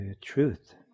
truth